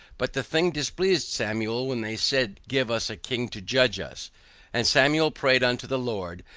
but the thing displeased samuel when they said, give us a king to judge us and samuel prayed unto the lord,